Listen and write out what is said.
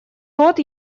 рот